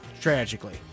tragically